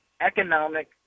economic